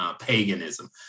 paganism